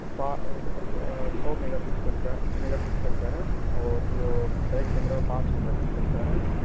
وہ پا سو میگا فکسکل کا میگا فکسل کا ہے اور جو بیک کیمرہ ہے وہ پانچ سو میگا فکسل کا ہے